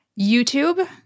YouTube